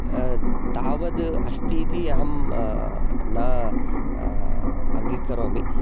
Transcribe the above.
तावद् अस्ति इति अहं न अङ्गीकरोमि